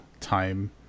time